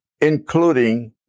including